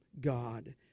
God